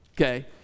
Okay